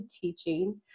teaching